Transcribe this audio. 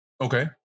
Okay